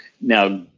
Now